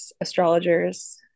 astrologers